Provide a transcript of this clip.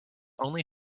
only